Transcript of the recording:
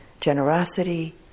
generosity